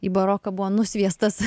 į baroką buvo nusviestas